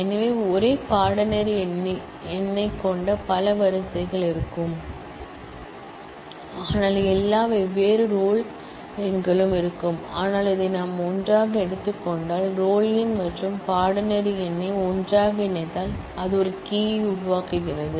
எனவே ஒரே கோர்ஸ் எண்ணைக் கொண்ட பல ரோக்கள் இருக்கும் ஆனால் எல்லா வெவ்வேறு ரோல் எண்களும் இருக்கும் ஆனால் இதை நாம் ஒன்றாக எடுத்துக் கொண்டால் ரோல் எண் மற்றும் கோர்ஸ் எண்ணை ஒன்றாக இணைத்தால் அது ஒரு கீயை உருவாக்குகிறது